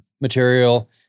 material